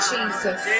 Jesus